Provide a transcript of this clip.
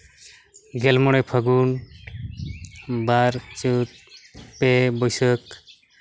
ᱜᱮᱞ ᱢᱚᱬᱮ ᱯᱷᱟ ᱜᱩᱱ ᱵᱟᱨ ᱪᱟᱹᱛ ᱯᱮ ᱵᱟᱹᱭᱥᱟᱹᱠᱷ